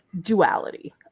duality